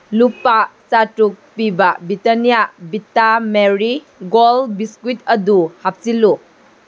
ꯂꯨꯄꯥ ꯆꯥꯇꯔꯨꯛ ꯄꯤꯕ Britannia Vita Marie Gold biscuit ꯑꯗꯨ ꯍꯥꯞꯆꯤꯜꯂꯨ